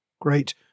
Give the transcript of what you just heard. Great